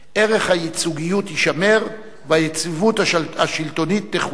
ערך הייצוגיות יישמר והיציבות השלטונית תחוזק.